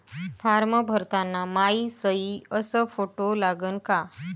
Form भरताना मायी सयी अस फोटो लागन का?